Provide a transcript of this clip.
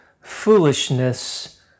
foolishness